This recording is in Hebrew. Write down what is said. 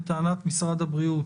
לטענת משרד הבריאות